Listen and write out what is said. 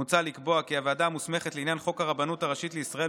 מוצע לקבוע כי הוועדה המוסמכת לעניין חוק הרבנות הראשית לישראל